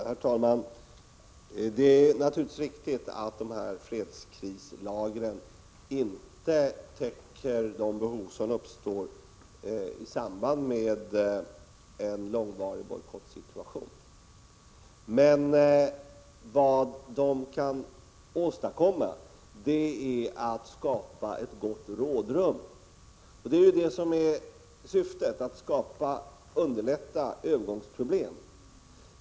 Herr talman! Det är naturligtvis riktigt att fredskrislagren inte täcker de behov som uppstår i samband med en långvarig bojkottsituation. Men vad man då kan åstadkomma är ett gott rådrum. Syftet är ju att minska övergångsproblemen.